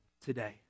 today